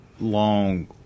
long